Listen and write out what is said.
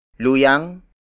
Luyang